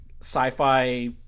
sci-fi